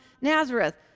Nazareth